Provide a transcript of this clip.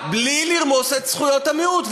בלי לרמוס את זכויות המיעוט,